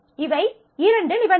இவை இரண்டு நிபந்தனைகள்